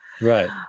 Right